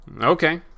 Okay